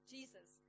Jesus